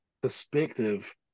perspective